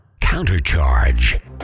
Countercharge